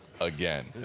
again